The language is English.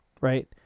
right